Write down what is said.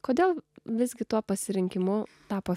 kodėl visgi tuo pasirinkimu tapo